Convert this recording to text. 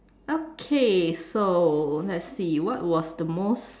okay so let's see what was the most